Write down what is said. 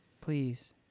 please